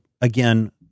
again